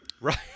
right